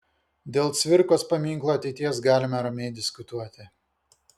dėl cvirkos paminklo ateities galime ramiai diskutuoti